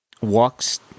Walks